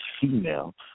female